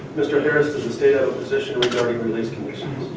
mr. harris, does the state have a position regarding release conditions?